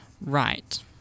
Right